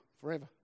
forever